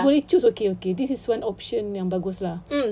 boleh choose okay okay this is one option yang bagus lah